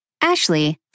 Ashley